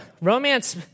Romance